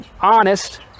honest